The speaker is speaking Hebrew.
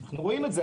אנחנו רואים את זה.